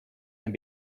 and